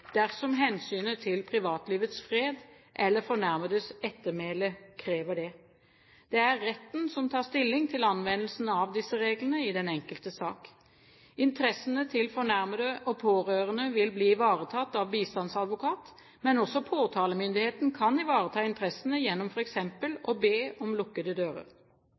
dersom hensynet til privatlivets fred eller fornærmedes ettermæle krever det. Det er retten som tar stilling til anvendelsen av disse reglene i den enkelte sak. Interessene til fornærmede og pårørende vil bli ivaretatt av bistandsadvokat, men også påtalemyndigheten kan ivareta interessene gjennom f.eks. å be om lukkede dører.